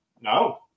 no